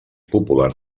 popular